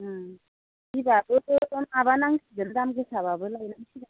उम बिघा माबानांसिगोन दाम गोसाबो लायनांसिगोन